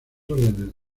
órdenes